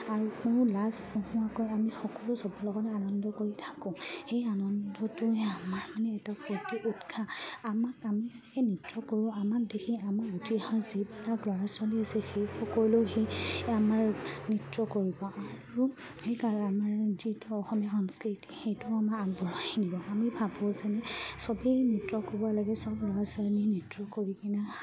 আৰু কোনো লাজ নোহোৱাকৈ আমি সকলো চবৰ লগতে আনন্দ কৰি থাকোঁ সেই আনন্দটোৱে আমাৰ মানে এটা ফূৰ্তি উৎসাহ আমাক আমি নৃত্য কৰোঁ আমাক দেখি আমাৰ উঠি অহা যিবিলাক ল'ৰা ছোৱালী আছে সেই সকলো সেই আমাৰ নৃত্য কৰিব আৰু সেইকাৰণে আমাৰ যিটো অসমীয়া সংস্কৃতি সেইটো আমাক আগবঢ়াই নিব আমি ভাবোঁ যেনে চবেই নৃত্য কৰিব লাগে চব ল'ৰা ছোৱালীয়ে নৃত্য কৰি কিনে